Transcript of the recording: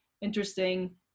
interesting